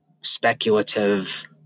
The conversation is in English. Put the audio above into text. speculative